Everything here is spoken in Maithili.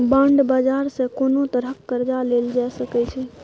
बांड बाजार सँ कोनो तरहक कर्जा लेल जा सकै छै